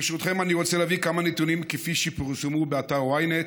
ברשותכם אני רוצה להביא כמה נתונים כפי שפורסמו באתר Ynet,